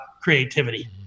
creativity